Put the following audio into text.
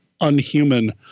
unhuman